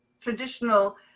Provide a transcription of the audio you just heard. traditional